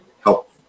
help